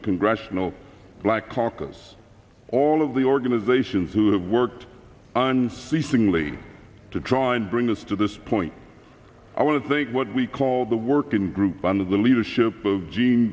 the congressional black caucus all of the organizations who have worked unceasingly to try and bring us to this point i want to think what we call the working group under the leadership of jean